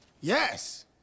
Yes